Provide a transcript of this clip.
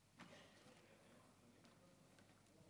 הקואליציה גם היום מחרימה את הצעות